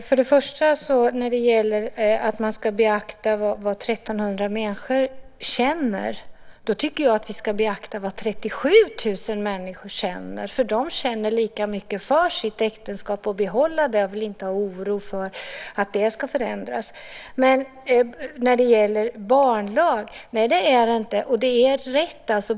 Fru talman! Om man ska beakta vad 1 300 människor känner, då ska man väl också beakta vad 37 000 människor känner. De känner lika mycket för att behålla sitt äktenskap och vill inte behöva oroa sig för att det ska förändras. Nej, äktenskapsbalken är ingen barnlag.